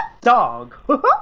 dog